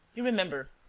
you remember.